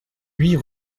huit